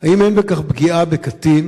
2. האם אין בכך פגיעה בקטין